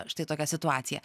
štai tokią situaciją